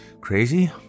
crazy